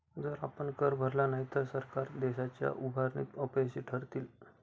जर आपण कर भरला नाही तर सरकार देशाच्या उभारणीत अपयशी ठरतील